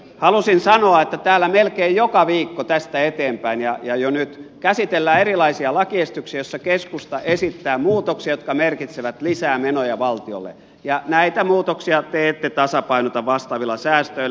halusin sanoa että täällä melkein joka viikko tästä eteenpäin ja jo nyt käsitellään erilaisia lakiesityksiä joissa keskusta esittää muutoksia jotka merkitsevät lisää menoja valtiolle ja näitä muutoksia te ette tasapainota vastaavilla säästöillä